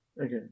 Okay